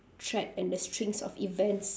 thread and the strings of events